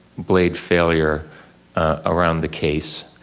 blade failure around the case.